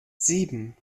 sieben